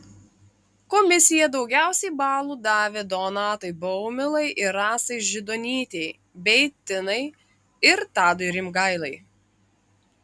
komisija daugiausiai balų davė donatui baumilai ir rasai židonytei bei tinai ir tadui rimgailai